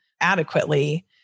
adequately